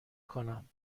کنم